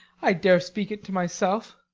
i dare speak it to myself,